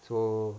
so